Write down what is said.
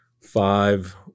five